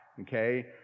okay